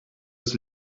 his